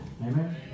Amen